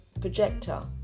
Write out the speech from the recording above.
projector